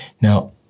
Now